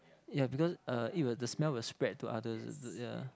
ya because uh it will the smell will spread to others ya